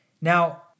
Now